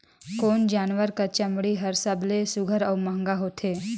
कोन जानवर कर चमड़ी हर सबले सुघ्घर और महंगा होथे?